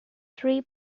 three